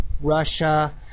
Russia